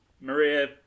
Maria